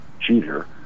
cheater